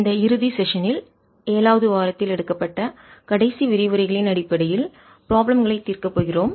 இந்த இறுதி ஸெஸ்ஸென் நில் அமர்வில்7 வது வாரத்தில் எடுக்கப்பட்ட கடைசி விரிவுரைகளின் அடிப்படையில் ப்ராப்ளம் களைத் தீர்க்கப் போகிறோம்